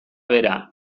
bera